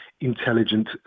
intelligent